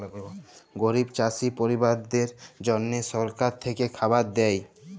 গরিব চাষী পরিবারদ্যাদের জল্যে সরকার থেক্যে খাবার দ্যায়